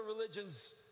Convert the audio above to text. religions